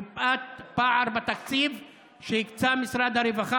מפאת הפער בין התקציב שהקצה משרד הרווחה